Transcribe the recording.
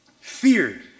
feared